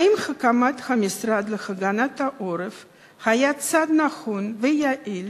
האם הקמת המשרד להגנת העורף היה צעד נכון ויעיל